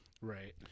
Right